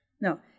No